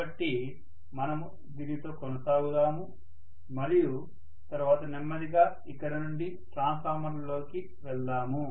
కాబట్టి మనము దీనితో కొనసాగుదాము మరియు తరువాత నెమ్మదిగా ఇక్కడ నుండి ట్రాన్స్ఫార్మర్ల కి వెళ్దాము